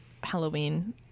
Halloween